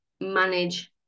manage